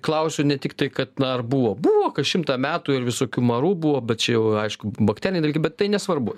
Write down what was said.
klausiu ne tiktai kad na ar buvo buvo kas šimtą metų ir visokių marų buvo bet čia jau aišku bakteriniai dalykai bet tai nesvarbu